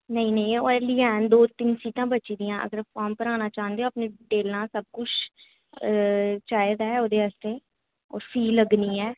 नेईं नेईं अह्ली हैन दो तिन्न सीटां बची दियां अगर फार्म भराना चांह्दे ओ अपनी डिटेलां सब कुछ चाहिदा ऐ ओह्दे आस्तै होर फीस लग्गनी ऐ